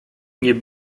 nie